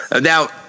Now